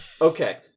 Okay